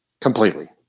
completely